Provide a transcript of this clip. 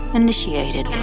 initiated